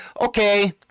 Okay